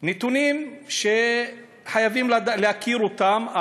נתונים שחייבים להכיר אותם,